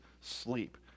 sleep